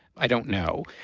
i don't know.